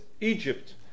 Egypt